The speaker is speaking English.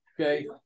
okay